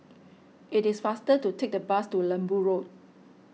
it is faster to take the bus to Lembu Road